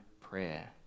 prayer